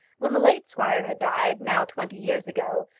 when the late squire had died, now twenty years ago,